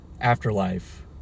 Afterlife